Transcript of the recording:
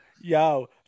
yo